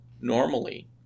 normally